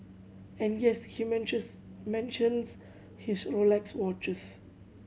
and yes he mentions his Rolex watches